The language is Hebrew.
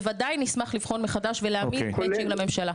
בוודאי נשמח לבחון מחדש ולהעמיד matching לממשלה.